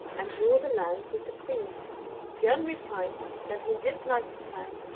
and rule the land with the queen bjorn replied that he disliked the plan,